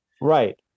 Right